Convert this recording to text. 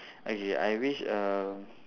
okay I wish uh